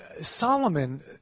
Solomon